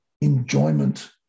enjoyment